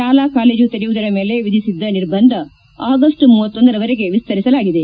ಶಾಲಾ ಕಾಲೇಜು ತೆರೆಯುವುದರ ಮೇಲೆ ಎಧಿಸಿದ್ದ ನಿರ್ಬಂಧ ಆಗಸ್ಟ್ ಇರವರೆಗೆ ಎಸ್ತರಿಸಲಾಗಿದೆ